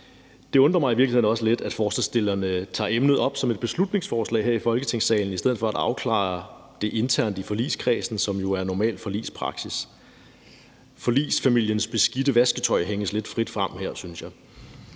virkeligheden også lidt, at forslagsstillerne tager emnet op som et beslutningsforslag her i Folketingssalen i stedet for at afklare det internt i forligskredsen, som det jo er normal forligspraksis. Forligsfamiliens beskidte vasketøj hænges her lidt frit frem, synes jeg.